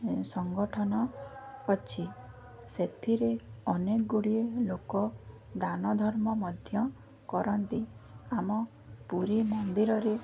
ସଂଗଠନ ଅଛି ଏବଂ ସେଥିରେ ଅନେକଗୁଡ଼ିଏ ଲୋକ ଦାନ ଧର୍ମ ମଧ୍ୟ କରନ୍ତି ଆମ ପୁରୀ ମନ୍ଦିରରେ